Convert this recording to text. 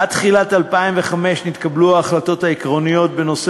עד תחילת 2005 נתקבלו ההחלטות העקרוניות בנושא